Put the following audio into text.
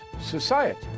society